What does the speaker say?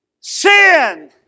Sin